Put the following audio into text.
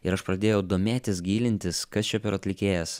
ir aš pradėjau domėtis gilintis kas čia per atlikėjas